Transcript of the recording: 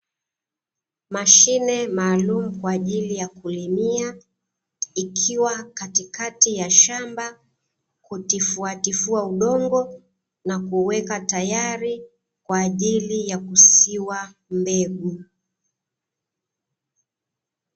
Mashine maalumu kwa ajili ya kulimia ikiwa katikati ya shamba kutifua tifua udongo na kuuweka tayari kwaajili ya kusiwa mbegu.